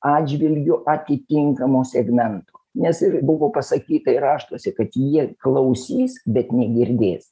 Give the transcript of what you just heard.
atžvilgiu atitinkamo segmento nes ir buvo pasakyta ir raštuose kad jie klausys bet negirdės